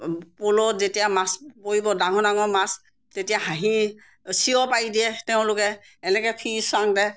পল যেতিয়া মাছ পৰিব ডাঙৰ ডাঙৰ মাছ তেতিয়া হাঁহি চিঞৰ পাৰি দিয়ে তেওঁলোকে এনেকৈ চাওঁতে